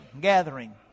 gathering